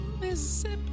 Mississippi